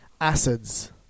Acids